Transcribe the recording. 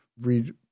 read